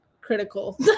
critical